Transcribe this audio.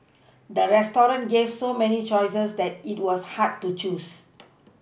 the restaurant gave so many choices that it was hard to choose